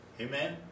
Amen